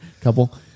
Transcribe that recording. couple